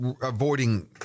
avoiding